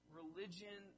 religion